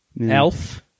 Elf